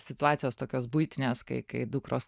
situacijos tokios buitinės kai kai dukros